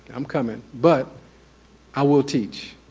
i'm coming, but i will teach